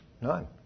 None